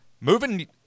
moving –